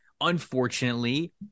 unfortunately